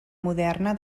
moderna